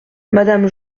madame